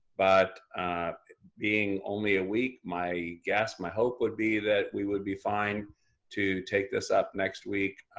but being only a week, my guess, my hope would be that we would be fine to take this up next week.